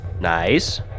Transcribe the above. Nice